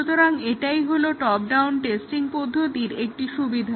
সুতরাং এটাই হলো টপ ডাউন টেস্টিং পদ্ধতির একটি সুবিধা